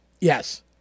Yes